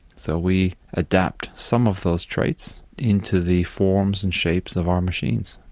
so we adapt some of those traits into the forms and shapes of our machines,